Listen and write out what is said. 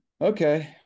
Okay